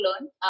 learn